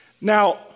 Now